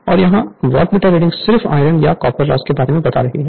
और यहाँ wattmeter reading सिर्फ आयरन या कोर लॉस के बारे में बता रही है